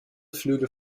flüge